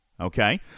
Okay